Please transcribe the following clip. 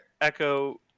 echo